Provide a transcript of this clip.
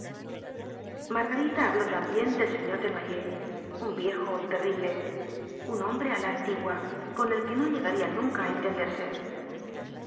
íargarita habló también del señor desnoyers un viejo terrible un hombre á la antigua con el que no llegarían nunca á entenderse